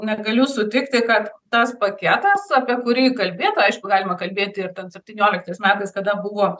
negaliu sutikti kad tas paketas apie kurį kalbėta aišku galima kalbėti ir ten septynioliktais metais tada buvo